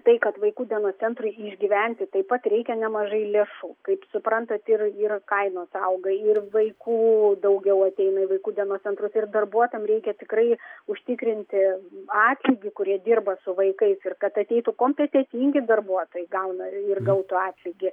tai kad vaikų dienos centrui išgyventi taip pat reikia nemažai lėšų kaip suprantate yra yra kainos auga ir vaikų daugiau ateina į vaikų dienos centrus ir darbuotojams reikia tikrai užtikrinti atlygį kurie dirba su vaikais ir kad ateitų kompetentingi darbuotojai gauna ir gautų atlygį